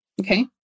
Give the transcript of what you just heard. okay